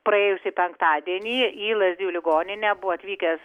praėjusį penktadienį į lazdijų ligoninę buvo atvykęs